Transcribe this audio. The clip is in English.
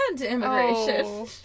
immigration